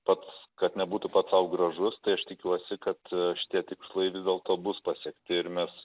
pats kad nebūtų pats sau gražus tai aš tikiuosi kad šitie tikslai vis dėlto bus pasiekti ir mes